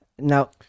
Now